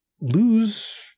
lose